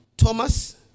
Thomas